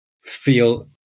feel